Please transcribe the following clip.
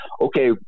okay